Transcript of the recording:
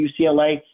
UCLA